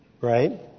right